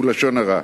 הוא לשון הרע.